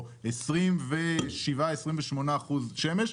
או 28-27 אחוזים שמש,